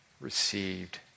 received